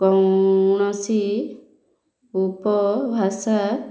କୌଣସି ଉପ ଭାଷା